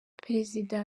perezida